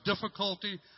difficulty